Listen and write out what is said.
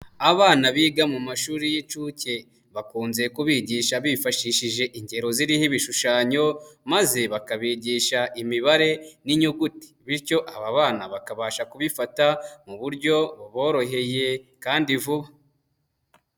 Abana biga mu mashuri y'inshuke bakunze kubigisha bifashishije ingero ziriho ibishushanyo, maze bakabigisha imibare n'inyuguti, bityo aba bana bakabasha kubifata mu buryo buboroheye kandi vuba.